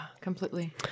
completely